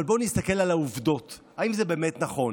אבל בואו נסתכל על העובדות, האם זה באמת נכון.